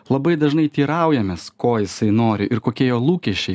labai dažnai teiraujamės ko jisai nori ir kokie jo lūkesčiai